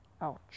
Ouch